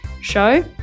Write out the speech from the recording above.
show